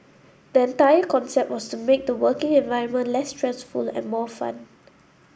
the entire concept was to make the working environment less stressful and more fun